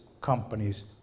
companies